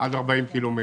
עד 40 קילומטר.